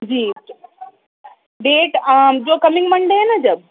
جی date جو coming Monday ہے جب